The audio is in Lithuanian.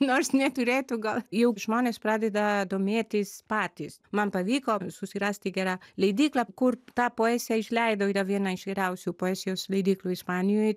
nors neturėtų gal jau žmonės pradeda domėtis patys man pavyko susirasti gerą leidyklą kur tą poeziją išleidau yra viena iš geriausių poezijos leidyklų ispanijoj